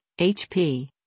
HP